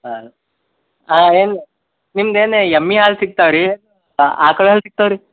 ಹಾಂ ಹಾಂ ಏನು ನಿಮ್ದು ಏನು ಎಮ್ಮೆ ಹಾಲು ಸಿಗ್ತಾವ್ ರೀ ಆಕ್ಳ ಹಾಲು ಸಿಗ್ತಾವ್ ರೀ